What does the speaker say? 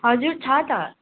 हजुर छ त